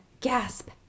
gasp